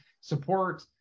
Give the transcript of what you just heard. support